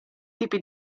tipi